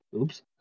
Oops